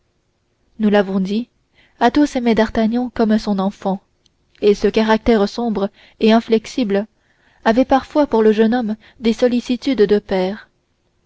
nous l'avons dit athos aimait d'artagnan comme son enfant et ce caractère sombre et inflexible avait parfois pour le jeune homme des sollicitudes de père